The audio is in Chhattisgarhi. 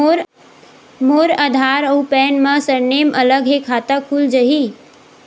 मोर आधार आऊ पैन मा सरनेम अलग हे खाता खुल जहीं?